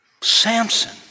Samson